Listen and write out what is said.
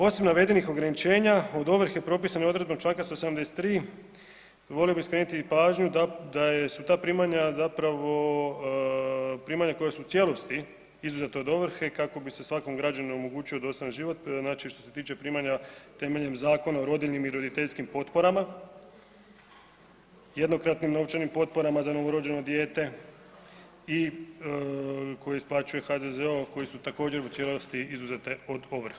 Osim navedenih ograničenja od ovrhe, propisano je odredbom čl. 173, volio bih skrenuti i pažnju da su ta primanja zapravo primanja koja su u cijelosti izuzeta od ovrhe kako bi se svakom građaninu omogućio dostojan život, ... što se tiče primanja temeljem Zakona o rodiljnim i rodiljskim potporama, jednokratnim novčanim potporama za novorođeno dijete i koje isplaćuje HZZO koji su također, u cijelosti izuzete od ovrhe.